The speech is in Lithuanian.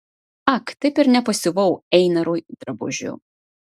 ak taip ir nepasiuvau einarui drabužių